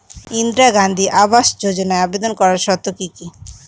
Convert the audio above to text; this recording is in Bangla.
ইন্দিরা গান্ধী আবাস যোজনায় আবেদন করার শর্ত কি কি?